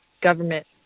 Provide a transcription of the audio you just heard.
government